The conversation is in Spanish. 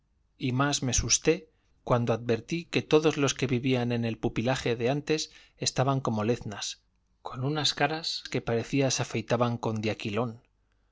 y más me susté cuando advertí que todos los que vivían en el pupilaje de antes estaban como leznas con unas caras que parecía se afeitaban con diaquilón